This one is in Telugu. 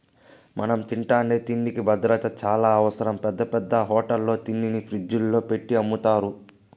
మనం తింటాండే తిండికి భద్రత చానా అవసరం, పెద్ద పెద్ద హోటళ్ళల్లో తిండిని ఫ్రిజ్జుల్లో పెట్టి అమ్ముతారు